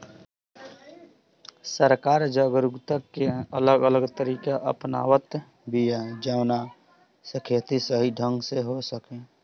सरकार जागरूकता के अलग अलग तरीका अपनावत बिया जवना से खेती सही ढंग से हो सके